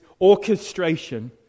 orchestration